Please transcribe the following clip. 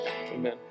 Amen